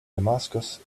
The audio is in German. damaskus